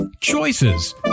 choices